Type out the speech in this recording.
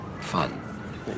Fun